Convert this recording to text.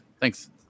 Thanks